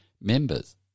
members